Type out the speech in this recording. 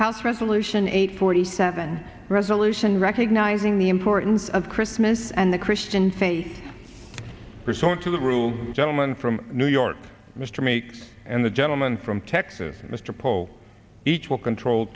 house resolution eight forty seven resolution recognizing the importance of christmas and the christian faith percent to the rule gentleman from new york mr meeks and the gentleman from texas mr paul each will control